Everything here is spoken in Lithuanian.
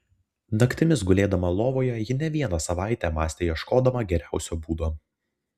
naktimis gulėdama lovoje ji ne vieną savaitę mąstė ieškodama geriausio būdo